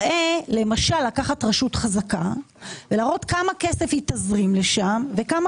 למשל לקחת רשות חזקה ולהראות כמה כסף היא תזרים לשם וכמה